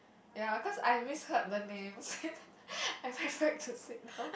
ya cause I misheard the names I went back to sit down